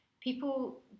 people